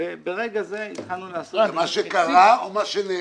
ברגע זה התחלנו לעשות --- זה מה שקרה או מה שנאמר?